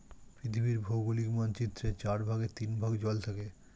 পৃথিবীর ভৌগোলিক মানচিত্রের চার ভাগের তিন ভাগ জল থাকে